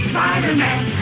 Spider-Man